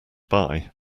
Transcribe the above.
buy